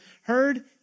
heard